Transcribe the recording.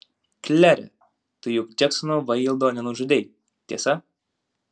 klere tu juk džeksono vaildo nenužudei tiesa